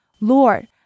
Lord